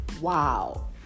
wow